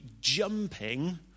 jumping